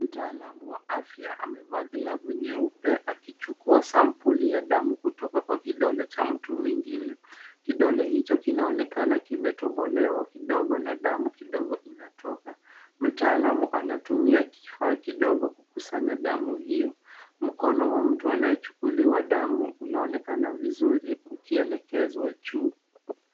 Mtaalamu wa afya amevaa glavu nyeupe akichukua sampuli ya damu kutoka kwa kidole cha mtu mwingine. Kidole hicho kinaonekana kimetobolewa kidogo na damu kidogo inatoka. Mtaalamu anatumia kifaa kidogo kukusanya damu hiyo. Mkono wa mtu anayechukuliwa damu, unaonekana vizuri, ukielekezwa juu.